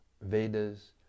Vedas